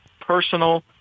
personal